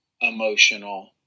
emotional